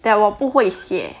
that 我不会写